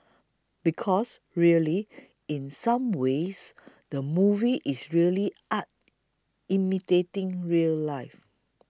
because really in some ways the movie is really art imitating real life